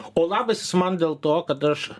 o labas jis man dėl to kad aš